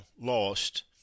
lost